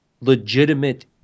legitimate